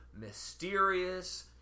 mysterious